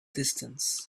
distance